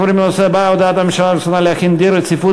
אנחנו עוברים לנושא הבא: הודעת הממשלה על רצונה להחיל דין רציפות